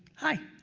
hi.